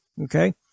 Okay